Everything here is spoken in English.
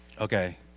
okay